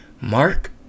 Mark